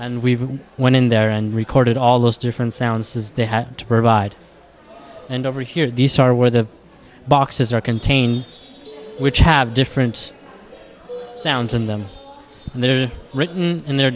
and we went in there and recorded all those different sounds is they have to provide and over here these are where the boxes are contain which have different sounds in them and they're written in their